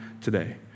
today